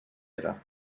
era